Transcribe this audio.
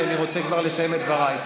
כי אני רוצה כבר לסיים את דבריי.